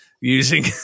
using